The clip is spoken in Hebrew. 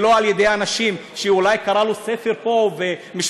ולא על ידי אנשים שאולי קרא לו ספר פה ושני,